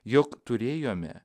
jog turėjome